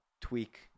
tweak